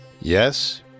yes